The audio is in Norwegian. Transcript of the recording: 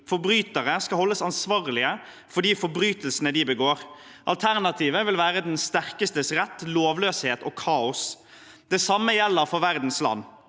forbrytere skal holdes ansvarlig for de forbrytelsene de begår. Alternativet ville være den sterkestes rett, lovløshet og kaos. Det samme gjelder for verdens land.